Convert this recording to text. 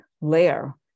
layer